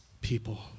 people